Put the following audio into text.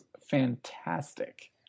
fantastic